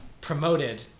promoted